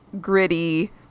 gritty